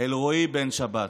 אלרועי בן שבת,